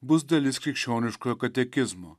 bus dalis krikščioniškojo katekizmo